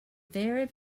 very